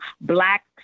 Black